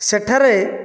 ସେଠାରେ